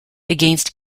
against